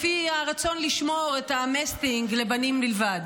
לפי הרצון לשמור את המסטינג לבנים בלבד.